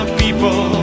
people